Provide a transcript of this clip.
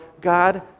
God